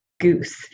goose